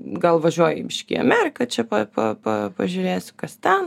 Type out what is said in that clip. gal važiuoju biškį į ameriką čia pa pa pažiūrėsiu kas ten